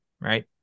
right